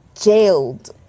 jailed